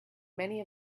many